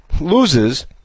loses